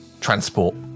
transport